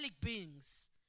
beings